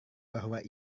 bahwa